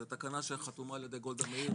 זה תקנה שחתומה על ידי גולדה מאיר,